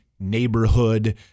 Neighborhood